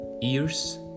ears